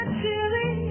chili